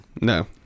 No